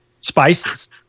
spices